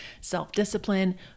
self-discipline